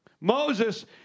Moses